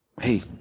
hey